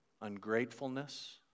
ungratefulness